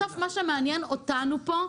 בסוף מה שמעניין אותנו פה,